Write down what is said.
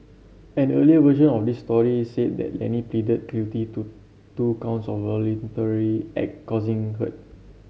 an earlier version of this story said that Lenny pleaded guilty to two counts of causing hurt